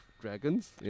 dragons